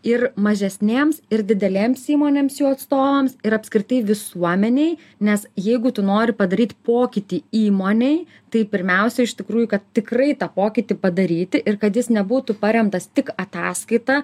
ir mažesnėms ir didelėms įmonėms jų atstovams ir apskritai visuomenei nes jeigu tu nori padaryt pokytį įmonėj tai pirmiausia iš tikrųjų kad tikrai tą pokytį padaryti ir kad jis nebūtų paremtas tik ataskaita